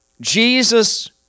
Jesus